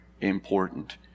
important